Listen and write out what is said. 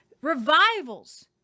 revivals